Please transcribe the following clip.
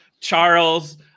Charles